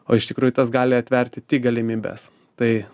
o iš tikrųjų tas gali atverti tik galimybes tai